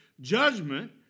judgment